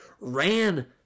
ran